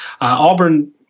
auburn